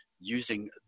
using